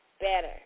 better